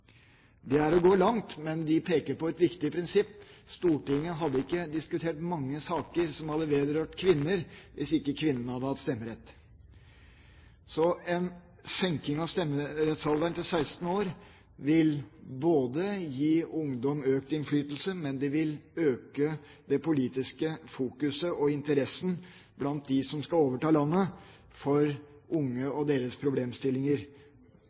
Det er å gå langt, men de peker på et viktig prinsipp. Stortinget hadde ikke diskutert mange saker som hadde vedrørt kvinner, hvis ikke kvinnene hadde hatt stemmerett. En senking av stemmerettsalderen til 16 år vil både gi ungdom økt innflytelse og øke den politiske interessen blant dem som skal overta landet, for unge og deres problemstillinger,